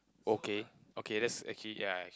okay okay that's actually ya